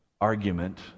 argument